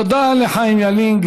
תודה לחיים ילין.